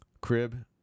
Crib